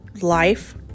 life